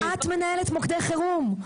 את מנהלת מוקדי חירום.